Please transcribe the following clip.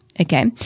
Okay